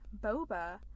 boba